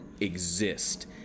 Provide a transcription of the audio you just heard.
exist